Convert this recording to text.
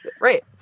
Right